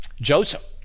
Joseph